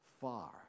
far